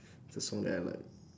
it's a song that I like